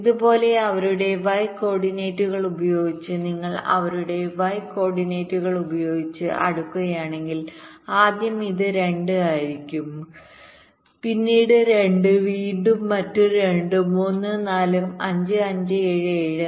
അതുപോലെ അവരുടെ y കോർഡിനേറ്റുകൾ ഉപയോഗിച്ച് നിങ്ങൾ അവരുടെ y കോർഡിനേറ്റുകൾ ഉപയോഗിച്ച് അടുക്കുകയാണെങ്കിൽ ആദ്യം ഇത് 2 ആയിരിക്കും പിന്നീട് 2 വീണ്ടും മറ്റൊരു 2 ഉം 3 4 ഉം 5 5 7 7